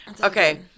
Okay